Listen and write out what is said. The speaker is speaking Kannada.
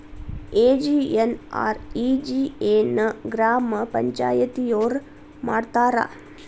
ಎಂ.ಜಿ.ಎನ್.ಆರ್.ಇ.ಜಿ.ಎ ನ ಗ್ರಾಮ ಪಂಚಾಯತಿಯೊರ ಮಾಡ್ತಾರಾ?